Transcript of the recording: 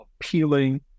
appealing